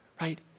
right